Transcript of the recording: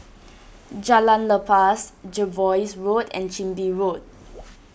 Jalan Lepas Jervois Road and Chin Bee Road